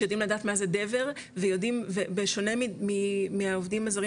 שיודעים לדעת מה זה דבר ובשונה מהעובדים הזרים